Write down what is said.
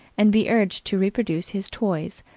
and be urged to reproduce his toys,